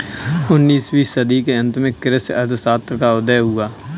उन्नीस वीं सदी के अंत में कृषि अर्थशास्त्र का उदय हुआ